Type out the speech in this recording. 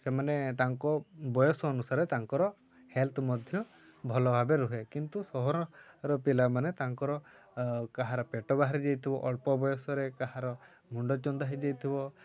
ସେମାନେ ତାଙ୍କ ବୟସ ଅନୁସାରେ ତାଙ୍କର ହେଲ୍ଥ ମଧ୍ୟ ଭଲ ଭାବେ ରୁହେ କିନ୍ତୁ ସହରର ପିଲାମାନେ ତାଙ୍କର କାହାର ପେଟ ବାହାରିଯାଇଥିବ ଅଳ୍ପ ବୟସରେ କାହାର ମୁଣ୍ଡ ଚନ୍ଦା ହେଇଯାଇଥିବ